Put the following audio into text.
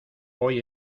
hoy